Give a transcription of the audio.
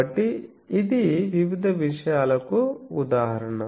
కాబట్టి ఇది వివిధ విషయాలకు ఉదాహరణ